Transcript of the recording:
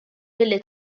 billi